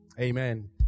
Amen